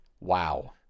Wow